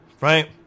right